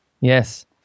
yes